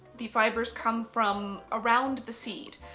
the fibres come from around the seed.